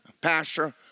Pastor